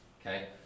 Okay